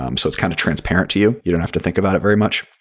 um so, it's kind of transparent to you. you don't have to think about it very much.